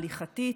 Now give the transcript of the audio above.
הליכתית,